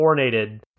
coronated